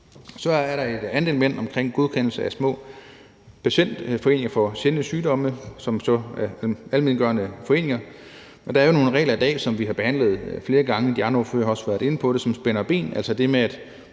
Så er der et andet element omkring godkendelse af små patientforeninger for sjældne sygdomme i forhold til almenvelgørende foreninger. Der er jo nogle regler i dag, som vi har behandlet flere gange – de andre ordførere har også været inde på det – som spænder ben, altså det med, at